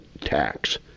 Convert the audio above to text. tax